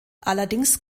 allerdings